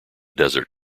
desert